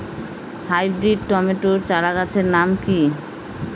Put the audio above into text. Hybrid tomato চারাগাছের নাম কি?